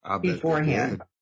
beforehand